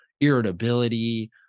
irritability